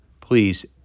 please